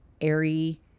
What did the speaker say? airy